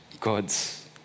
God's